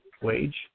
wage